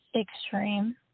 extreme